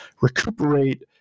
recuperate